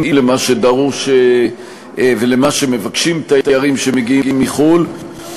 למה שדרוש ולמה שמבקשים תיירים שמגיעים מחו"ל,